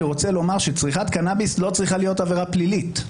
אני רוצה לומר שצריכת קנאביס לא צריכה להיות עבירה פלילית.